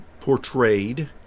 portrayed